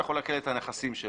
הוא יכול לעקל את הנכסים של